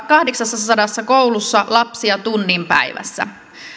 kahdeksassasadassa koulussa lapsia tunnin päivässä